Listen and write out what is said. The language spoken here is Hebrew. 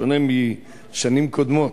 בשונה משנים קודמות,